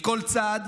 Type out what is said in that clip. מכל צד,